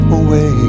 away